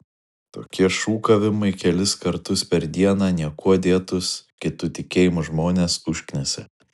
tokie šūkavimai kelis kartus per dieną niekuo dėtus kitų tikėjimų žmones užknisa